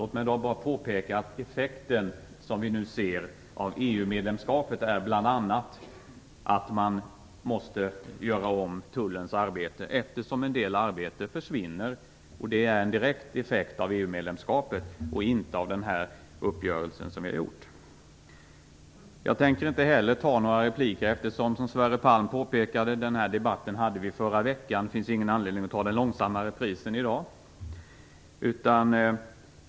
Låt mig då påpeka att en effekt som vi nu ser av EU-medlemskapet bl.a. är att Tullens arbete måste omorganiseras eftersom en del arbete försvinner. Det är en direkt effekt av EU-medlemskapet och inte av den uppgörelse som vi har gjort. Jag tänker inte heller ta några repliker eftersom vi hade den här debatten förra veckan, som Sverre Palm påpekade. Det finns ingen anledning att ta den långsamma reprisen i dag.